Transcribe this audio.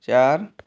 चार